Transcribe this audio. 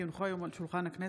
כי הונחו היום על שולחן הכנסת,